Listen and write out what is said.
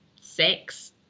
sex